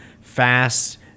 fast